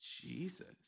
Jesus